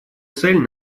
цель